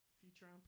Future